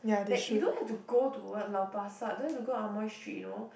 that you don't have to go to what lau-pa-sat don't have to go Amoy Street you know